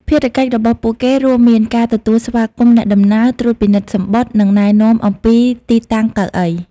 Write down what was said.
ភារកិច្ចរបស់ពួកគេរួមមានការទទួលស្វាគមន៍អ្នកដំណើរ ត្រួតពិនិត្យសំបុត្រ និងណែនាំអំពីទីតាំងកៅអី។